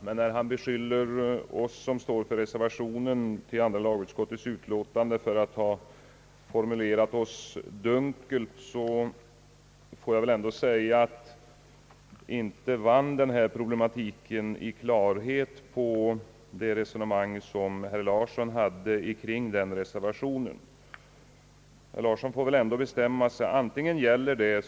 Men när han beskyller oss som står för reservationen till andra lagutskottets utlåtande för att ha formulerat vår mening dunkelt, vill jag ändå säga att man inte fick någon större klarhet genom det resonemang som herr Larsson förde kring den reservationen. Herr Larsson får väl bestämma sig.